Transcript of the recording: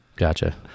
Gotcha